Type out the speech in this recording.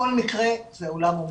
כל מקרה זה עולם ומלואו.